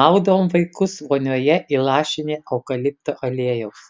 maudom vaikus vonioje įlašinę eukalipto aliejaus